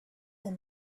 that